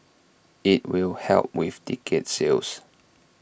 IT will help with ticket sales